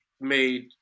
made